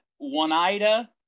Oneida